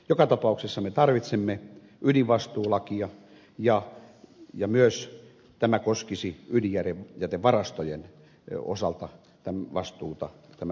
joka tapauksessa me tarvitsemme ydinvastuulakia ja tämä ydinvastuulaki koskisi yli järven joten varastojen juso että vastuuta myös ydinjätevarastojen osalta